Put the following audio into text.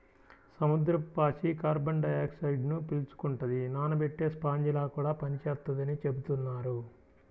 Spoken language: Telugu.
సముద్రపు పాచి కార్బన్ డయాక్సైడ్ను పీల్చుకుంటది, నానబెట్టే స్పాంజిలా కూడా పనిచేత్తదని చెబుతున్నారు